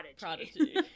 Prodigy